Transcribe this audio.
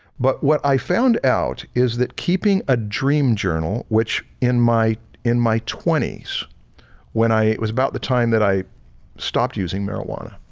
but what i found out is that keeping a dream journal, which in my in my twenty s when i it was about the time that i stopped using marijuana,